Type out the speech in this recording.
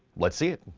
let's see it.